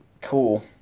Cool